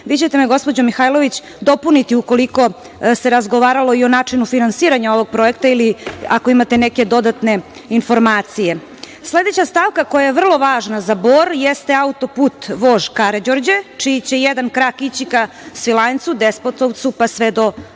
Vi ćete me, gospođo Mihajlović, dopuniti ukoliko se razgovaralo i o načinu finansiranja ovog projekta ili ako imate neke dodatne informacije. Sledeća stavka koja je vrlo važna za Bor jeste autoput „Vožd Karađorđe“, čiji će jedan krak ići ka Svilajncu, Despotovcu, pa sve do Bora.